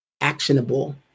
actionable